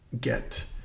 get